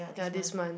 ya this month